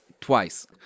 twice